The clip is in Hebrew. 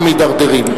לאן אנחנו מידרדרים.